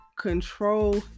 Control